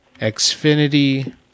Xfinity